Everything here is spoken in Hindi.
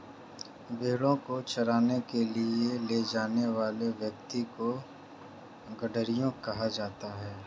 भेंड़ों को चराने के लिए ले जाने वाले व्यक्ति को गड़ेरिया कहा जाता है